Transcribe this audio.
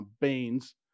Baines